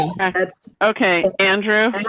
okay andrew,